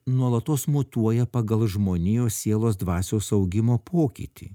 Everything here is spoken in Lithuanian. nuolatos mutuoja pagal žmonijos sielos dvasios augimo pokytį